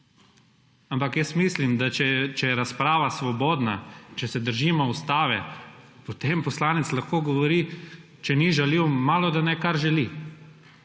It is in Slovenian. Ampak jaz mislim, da če je razprava svobodna, če se držimo ustave, potem poslanec lahko govori, če ni žaljiv, malodane kar želi